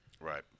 Right